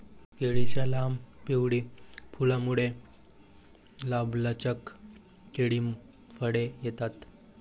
केळीच्या लांब, पिवळी फुलांमुळे, लांबलचक केळी फळे येतात